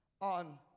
on